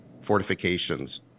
fortifications